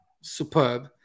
superb